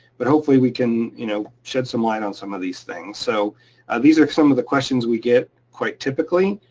but hopefully we can you know shed some light on some of these things. so these are some of the questions we get quite typically,